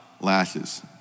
lashes